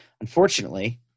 Unfortunately